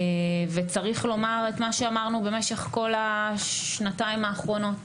וצריך לומר את מה שאמרנו במשך כל השנתיים האחרונות,